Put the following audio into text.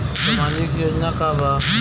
सामाजिक योजना का बा?